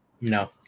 No